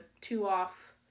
two-off